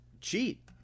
cheat